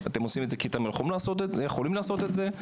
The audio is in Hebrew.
אתם עושים את זה כי אתם יכולים לעשות את זה,